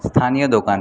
স্থানীয় দোকান